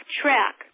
track